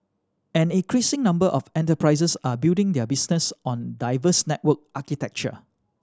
an increasing number of enterprises are building their business on diverse network architecture